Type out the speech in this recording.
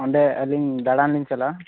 ᱚᱸᱰᱮ ᱟ ᱞᱤᱧ ᱫᱟᱬᱟᱱ ᱞᱤᱧ ᱪᱟᱞᱟᱜᱼᱟ